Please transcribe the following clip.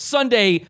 Sunday